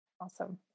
Awesome